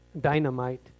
dynamite